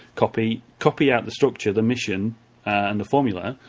copy copy out the structure, the mission and the formula,